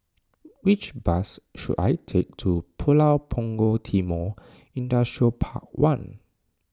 which bus should I take to Pulau Punggol Timor Industrial Park one